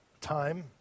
time